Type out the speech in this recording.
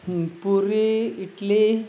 ᱯᱩᱨᱤ ᱮᱴᱞᱤ